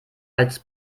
als